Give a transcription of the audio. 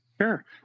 sure